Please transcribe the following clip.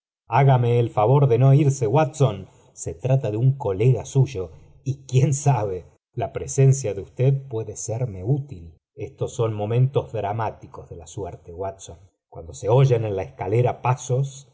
hágame el favor de no irse watson he trata de un colega suyo y quién j sabe la presencia de usted puede serme útil esíí tbs son momentos dramáticos de la suerte watv n cuando so oyen en la escalera pasos